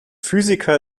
physiker